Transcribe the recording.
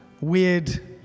weird